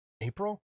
April